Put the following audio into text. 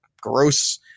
gross